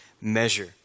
measure